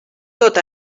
tot